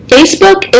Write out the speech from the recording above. Facebook